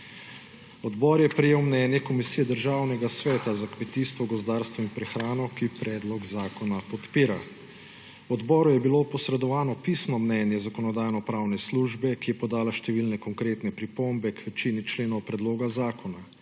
Odbor je prejel mnenje Komisije Državnega sveta za kmetijstvo, gozdarstvo in prehrano, ki predlog zakona podpira. Odboru je bilo posredovano pisno mnenje Zakonodajno-pravne službe, ki je podala številne konkretne pripombe k večini členov predloga zakona.